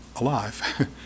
alive